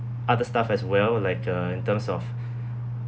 other stuff as well like uh in terms of